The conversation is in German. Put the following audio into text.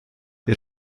der